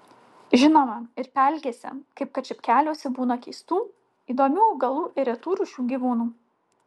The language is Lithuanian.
žinoma ir pelkėse kaip kad čepkeliuose būna keistų įdomių augalų ir retų rūšių gyvūnų